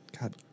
God